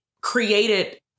created